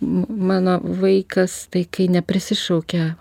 mano vaikas tai kai neprisišaukia